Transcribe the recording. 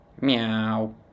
Meow